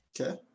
Okay